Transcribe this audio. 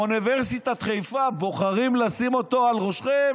ובאוניברסיטת חיפה, בוחרים לשים אותו על ראשכם?